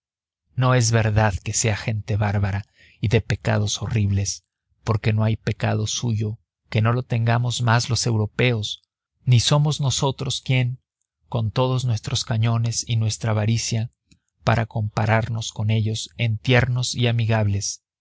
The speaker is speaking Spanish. no es verdad que sean gente bárbara y de pecados horribles porque no hay pecado suyo que no lo tengamos más los europeos ni somos nosotros quién con todos nuestros cañones y nuestra avaricia para comparamos con ellos en tiernos y amigables